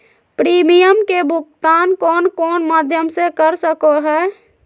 Premium के भुक्तान कौन कौन माध्यम से कर सको है?